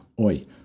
Oi